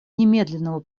немедленного